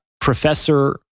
professor